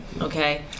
Okay